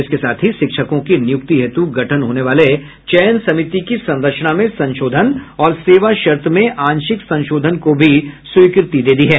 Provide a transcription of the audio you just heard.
इसके साथ ही शिक्षकों की नियुक्ति हेतु गठन होने वाले चयन समिति की संरचना में संशोधन और सेवा शर्त में आंशिक संशोधन को भी स्वीकृति दे दी है